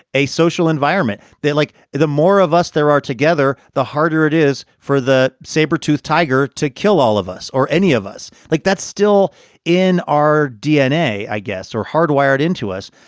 a social environment. they like the more of us there are together, the harder it is for the sabertooth tiger to kill all of us or any of us like that's still in our dna, i guess, or hardwired into us.